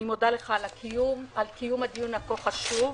אני מודה לך על קיום הדיון הכה חשוב.